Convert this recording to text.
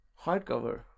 Hardcover